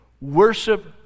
Worship